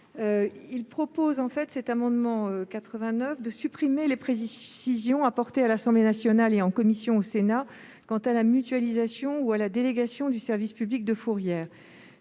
89 rectifié vise à supprimer les précisions apportées à l'Assemblée nationale et en commission au Sénat quant à la mutualisation ou à la délégation du service public de fourrière